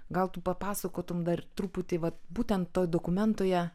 gal tu papasakotum dar truputį vat būtent toj dokumentoje